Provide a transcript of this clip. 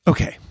Okay